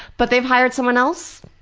but they hired someone else?